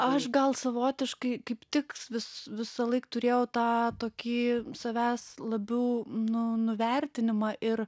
aš gal savotiškai kaip tik vis visąlaik turėjau tą tokį savęs labiau nu nuvertinimą ir